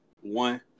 One